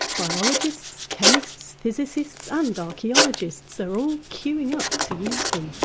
biologists, chemists, physicists and archaeologists are all queuing up to use them.